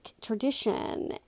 tradition